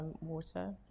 water